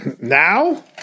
Now